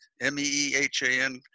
M-E-E-H-A-N